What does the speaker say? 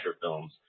films